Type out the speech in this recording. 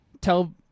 tell